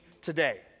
today